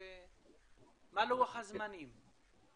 מה לוח הזמנים?